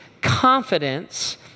confidence